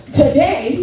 today